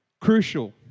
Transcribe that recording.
crucial